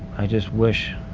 i just wish